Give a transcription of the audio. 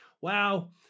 wow